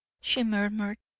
she murmured.